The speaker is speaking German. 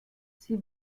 sie